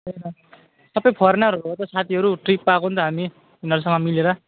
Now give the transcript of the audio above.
त्यही त सबै फोरेनरहरू हो त साथीहरू ट्रिपमा आएको नि त हामी उनीहरूसँग मिलेर